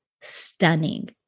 stunning